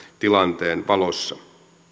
tilanteen valossa